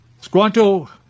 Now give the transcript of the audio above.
Squanto